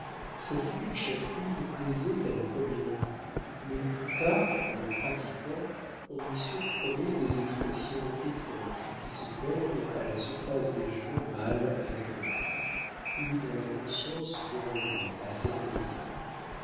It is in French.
sa figure chafouine plaisait à la première vue mais plus tard en le pratiquant on y surprenait des expressions étranges qui se peignent à la surface des gens mal avec eux-mêmes ou dont la conscience grogne à certaines heures